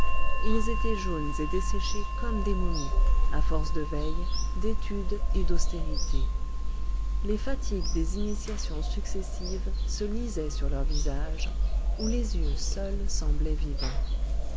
ils étaient jaunes et desséchés comme des momies à force de veilles d'études et d'austérités les fatigues des initiations successives se lisaient sur leurs visages où les yeux seuls semblaient vivants